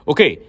Okay